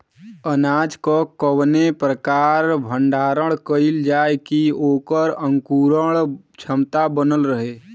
अनाज क कवने प्रकार भण्डारण कइल जाय कि वोकर अंकुरण क्षमता बनल रहे?